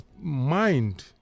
mind